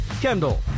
Kendall